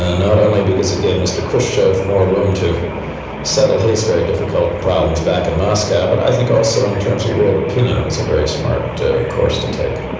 ah not only because it gave mr. khrushchev more room to settle his very difficult problems back in moscow, but i think also in terms of world opinion it was a very smart course to take.